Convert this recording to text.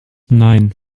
nein